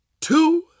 two